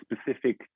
specific